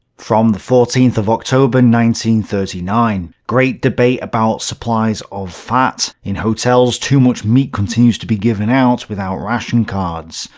from the fourteenth of october thirty nine great debate about supplies of fat. in hotels, too much meat continues to be given out without ration cards.